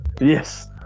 Yes